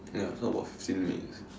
ya so about fifteen minutes